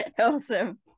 Awesome